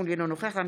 אינה נוכחת עפר שלח,